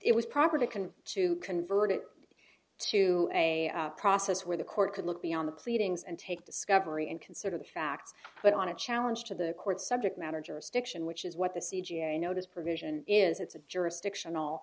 it was proper to convey to convert it to a process where the court could look beyond the pleadings and take discovery and consider the facts but on a challenge to the court subject matter jurisdiction which is what the c j r notice provision is it's a jurisdictional